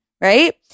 right